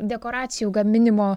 dekoracijų gaminimo